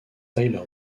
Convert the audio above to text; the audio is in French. tyler